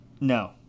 No